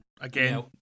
again